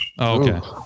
Okay